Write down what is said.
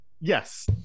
Yes